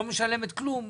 שלא משלמת כלום,